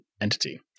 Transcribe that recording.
entity